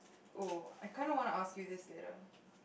oh I kind of want to ask you this later